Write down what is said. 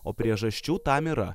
o priežasčių tam yra